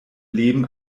leben